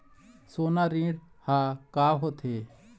सोना ऋण हा का होते?